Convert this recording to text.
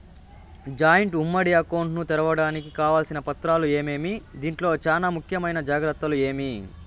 Joint ఉమ్మడి account ను తెరవడానికి కావాల్సిన పత్రాలు ఏమేమి? దీంట్లో చానా ముఖ్యమైన జాగ్రత్తలు ఏమి?